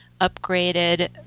upgraded